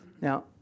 Now